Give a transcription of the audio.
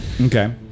Okay